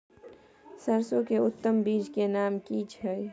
सरसो के उत्तम बीज के नाम की छै?